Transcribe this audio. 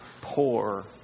poor